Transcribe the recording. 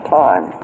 time